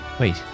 Wait